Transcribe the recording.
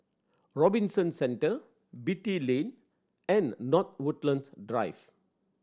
Robinson Centre Beatty Lane and North Woodlands Drive